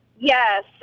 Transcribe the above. Yes